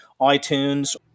iTunes